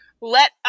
Let